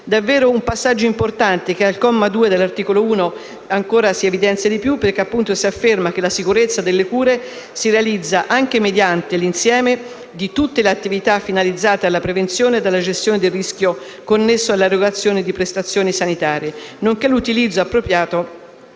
davvero importante, che al comma 2 dell'articolo 1 si evidenzia ancora di più, perché appunto si afferma che la sicurezza delle cure si realizza anche mediante l'insieme di tutte le attività finalizzate alla prevenzione e alla gestione del rischio connesso all'erogazione di prestazioni sanitarie, e l'utilizzo appropriato